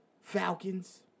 Falcons